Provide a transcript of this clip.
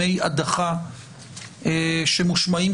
הדברים נאמרו